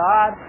God